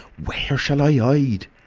where shall i i hide?